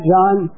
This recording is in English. John